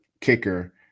kicker